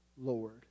Lord